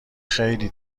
خیلی